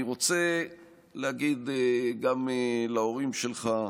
אני רוצה להגיד גם להורים שלך,